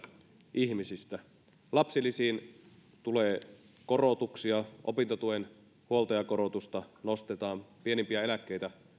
ihmisistä lapsilisiin tulee korotuksia opintotuen huoltajakorotusta nostetaan pienimpiä eläkkeitä